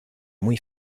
muy